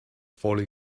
falling